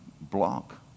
block